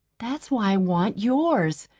that's why i want yours,